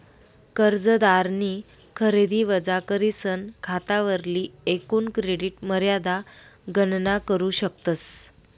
कर्जदारनी खरेदी वजा करीसन खातावरली एकूण क्रेडिट मर्यादा गणना करू शकतस